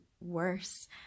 worse